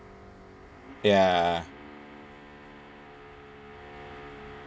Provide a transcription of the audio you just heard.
ya